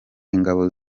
ingabo